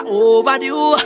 overdue